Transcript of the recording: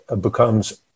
becomes